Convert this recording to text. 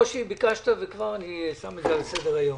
ביקשת וכבר אני שם את זה על סדר היום.